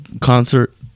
concert